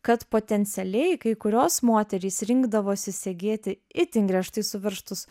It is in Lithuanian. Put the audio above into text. kad potencialiai kai kurios moterys rinkdavosi segėti itin griežtai suveržtus